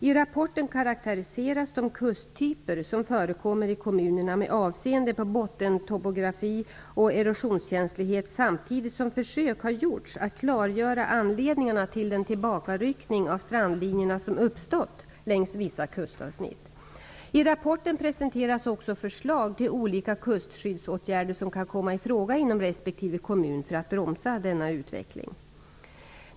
I rapporten karakteriseras de kusttyper som förekommer i kommunerna med avseende på bottentopografi och erosionskänslighet samtidigt som försök har gjorts att klargöra anledningarna till den tillbakaryckning av strandlinjerna som uppstått längs vissa kustavsnitt. I rapporten presenteras också förslag till olika kustskyddsåtgärder som kan komma i fråga inom respektive kommun för att bromsa denna utveckling.